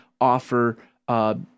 offer